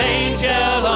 angel